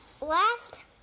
last